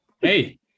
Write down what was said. Hey